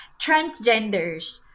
transgenders